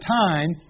time